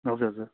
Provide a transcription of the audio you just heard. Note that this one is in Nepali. हजुर हजुर